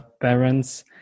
parents